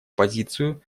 позицию